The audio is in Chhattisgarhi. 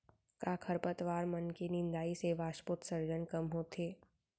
का खरपतवार मन के निंदाई से वाष्पोत्सर्जन कम होथे?